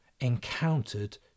encountered